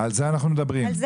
על זה אנחנו מדברים.